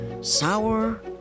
sour